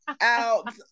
out